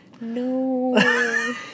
No